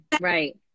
right